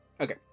Okay